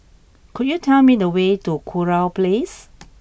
could you tell me the way to Kurau Place